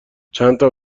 چندتا